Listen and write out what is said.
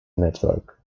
network